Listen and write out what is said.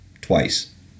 twice